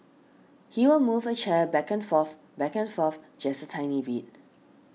he will move a chair back and forth back and forth just a tiny bit